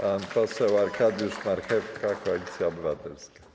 Pan poseł Arkadiusz Marchewka, Koalicja Obywatelska.